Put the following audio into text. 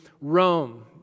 Rome